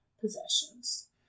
possessions